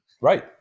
Right